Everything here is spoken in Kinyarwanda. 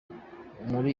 muri